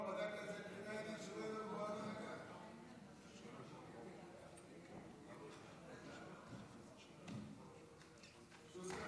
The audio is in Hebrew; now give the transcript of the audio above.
שוסטר,